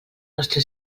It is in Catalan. nostre